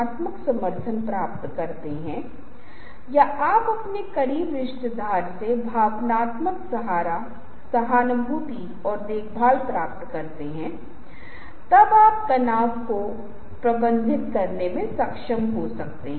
लेकिन आपकी स्लाइड्स को देखने से हो सकता है कि आपके फॉन्ट छोटे हो सकते हैं आपकी प्रस्तुति के भीतर बहुत अधिक मात्रा में पाठ हो सकते हैं